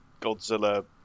Godzilla